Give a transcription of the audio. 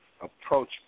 approach